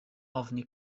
ofni